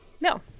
No